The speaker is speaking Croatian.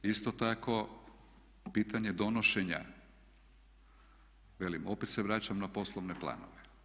Isto tako pitanje donošenja, velim opet se vraćam na poslovne planove.